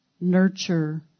nurture